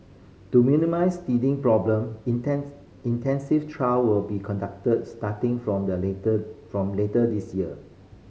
to minimise teething problem intensive trial will be conducted starting from the later from later this year